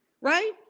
Right